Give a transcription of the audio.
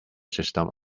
system